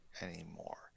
anymore